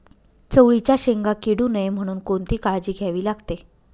चवळीच्या शेंगा किडू नये म्हणून कोणती काळजी घ्यावी लागते?